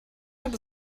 fand